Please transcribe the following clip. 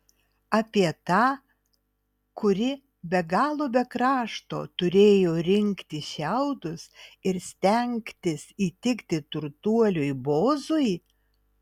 apie tą kuri be galo be krašto turėjo rinkti šiaudus ir stengtis įtikti turtuoliui boozui